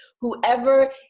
whoever